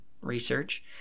research